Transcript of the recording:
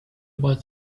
was